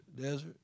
desert